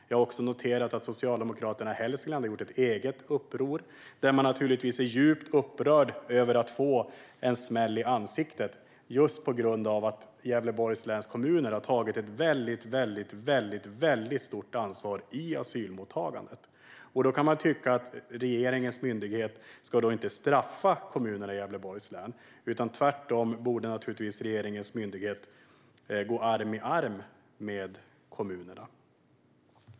Jag har också noterat att Socialdemokraterna i Hälsingland har gjort ett eget uppror och naturligtvis är djupt upprörda över att få en smäll i ansiktet just på grund av att Gävleborgs läns kommuner har tagit ett väldigt stort ansvar i asylmottagandet. Då kan man tycka att regeringens myndighet inte ska straffa kommunerna i Gävleborgs län. Tvärtom borde den naturligtvis gå arm i arm med kommunerna.